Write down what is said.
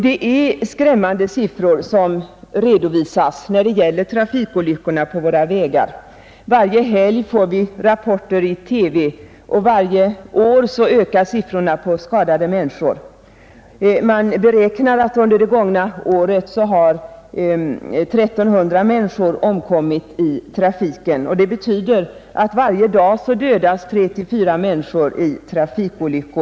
Det är skrämmande siffror som redovisas när det gäller trafikolyckorna på våra vägar. Varje helg får vi i TV rapporter om trafikolyckor, och varje år ökar antalet skadade människor. Man beräknar att under det gångna året 1 300 människor har omkommit i trafiken. Det betyder att varje dag 3 å 4 människor dödas i trafikolyckor.